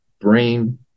brain